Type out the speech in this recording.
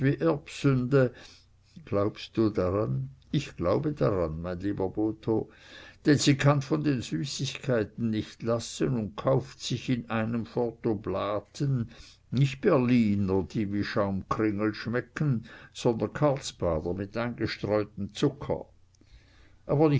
glaubst du daran ich glaube daran mein lieber botho denn sie kann von den süßigkeiten nicht lassen und kauft sich in einem fort oblaten nicht berliner die wie schaumkringel schmecken sondern karlsbader mit eingestreutem zucker aber